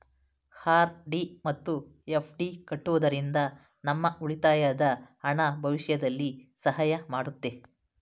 RD ಮತ್ತು ಎಫ್.ಡಿ ಕಟ್ಟುವುದರಿಂದ ನಮ್ಮ ಉಳಿತಾಯದ ಹಣ ಭವಿಷ್ಯದಲ್ಲಿ ಸಹಾಯ ಮಾಡುತ್ತೆ